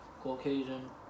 Caucasian